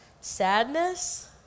sadness